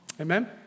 Amen